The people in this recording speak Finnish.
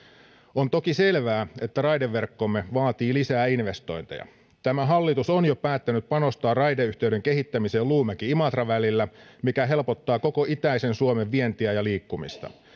on toki selvää että raideverkkomme vaatii lisää investointeja tämä hallitus on jo päättänyt panostaa raideyhteyden kehittämiseen luumäki imatra välillä mikä helpottaa koko itäisen suomen vientiä ja liikkumista